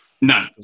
No